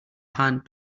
hand